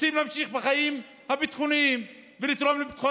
רוצים להמשיך בחיים הביטחוניים ולתרום לביטחון